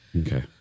Okay